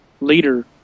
leader